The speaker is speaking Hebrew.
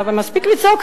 אבל מספיק לצעוק.